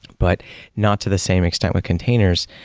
but not to the same extent with containers.